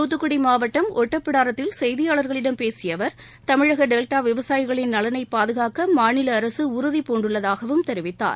தூத்துக்குடி மாவட்டம் ஒட்டப்பிடாரத்தில் செய்தியாளர்களிடம் பேசிய அவர் தமிழக டெல்டா விவசாயிகளின் நலனை பாதுகாக்க மாநில அரசு உறுதிபூண்டுள்ளதாகவும் தெரிவித்தார்